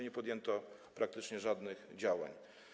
Nie podjęto praktycznie żadnych działań.